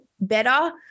better